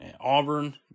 Auburn